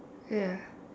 ya